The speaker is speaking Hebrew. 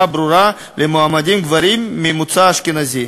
ברורה למועמדים גברים ממוצא אשכנזי.